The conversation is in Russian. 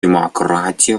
демократии